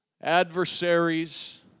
Adversaries